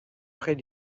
près